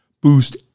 boost